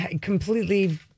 completely